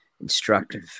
instructive